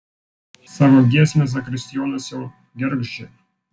savo giesmę zakristijonas jau gergždžia